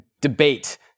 debate